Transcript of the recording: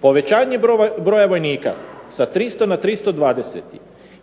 Povećanje broja vojnika sa 300 na 320